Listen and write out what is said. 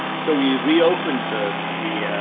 so we reopened the, the